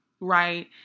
right